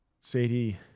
Sadie